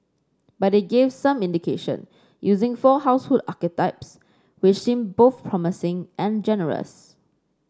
but it gave some indication using four household archetypes which seem both promising and generous